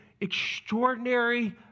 extraordinary